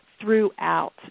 throughout